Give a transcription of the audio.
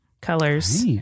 colors